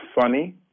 Funny